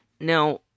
Now